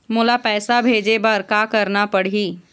मोला पैसा भेजे बर का करना पड़ही?